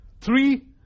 Three